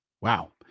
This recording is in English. wow